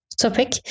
topic